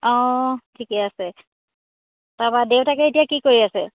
অঁ ঠিকেই আছে তাৰপৰা দেউতাকে এতিয়া কি কৰি আছে